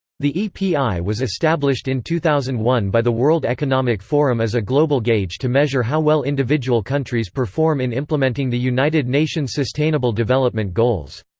the epi was established in two thousand and one by the world economic forum as a global gauge to measure how well individual countries perform in implementing the united nations' sustainable development goals.